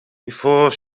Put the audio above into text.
before